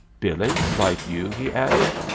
billee, like you? he added.